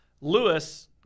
Lewis